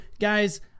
guys